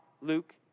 Luke